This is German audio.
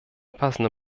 passende